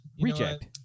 Reject